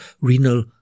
renal